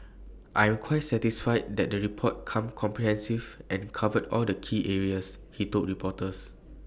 I am quite satisfied that the report is comprehensive and covered all the key areas he told reporters